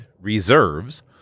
reserves